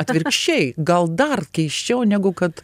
atvirkščiai gal dar keisčiau negu kad